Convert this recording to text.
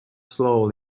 slowly